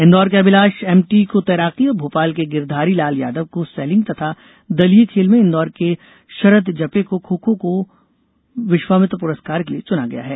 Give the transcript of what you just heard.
इंदौर के अभिलाष एमटी को तैराकीं और भोपाल के गिरधारी लाल यादव को सैलिंग तथा दलीय खेल में इंदौर के शरद जपे को खो खो को विश्वामित्र पुरस्कार के लिए चुना गया है